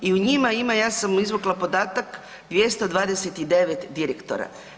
I u njima ima, ja sam izvukla podatak 229 direktora.